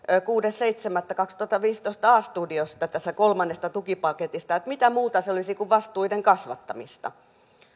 kuudes seitsemättä kaksituhattaviisitoista a studiossa tästä kolmannesta tukipaketista että mitä muuta se olisi kuin vastuiden kasvattamista